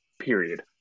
period